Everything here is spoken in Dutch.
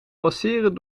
passeren